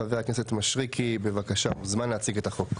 חבר הכנסת מישרקי, בבקשה, נא להציג את החוק.